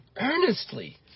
Earnestly